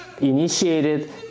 initiated